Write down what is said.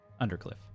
undercliff